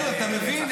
אתה מבין,